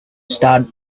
start